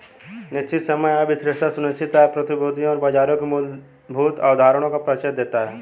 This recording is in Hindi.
निश्चित आय विश्लेषण निश्चित आय प्रतिभूतियों और बाजारों की मूलभूत अवधारणाओं का परिचय देता है